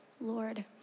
Lord